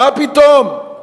מה פתאום.